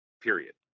Period